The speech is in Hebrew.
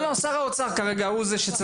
שר האוצר כרגע, הוא זה שצריך לחתום על זה.